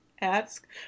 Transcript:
ask